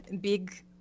big